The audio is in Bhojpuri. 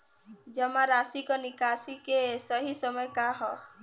जमा राशि क निकासी के सही समय का ह?